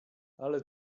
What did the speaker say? ale